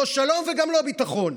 לא שלום וגם לא ביטחון.